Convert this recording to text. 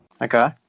Okay